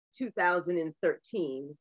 2013